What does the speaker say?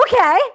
Okay